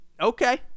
Okay